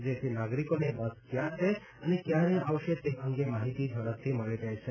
જેથી નાગરિકોને બસ ક્યાં છે અને ક્યારે આવશે તે અંગે માહિતી ઝડપથી મળી રહે છે